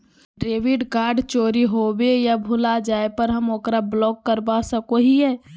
debit card चोरी होवे या भुला जाय पर हम ओकरा ब्लॉक करवा सको हियै